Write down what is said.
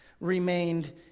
remained